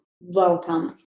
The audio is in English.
Welcome